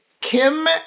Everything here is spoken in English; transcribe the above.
Kim